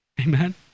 Amen